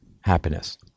happiness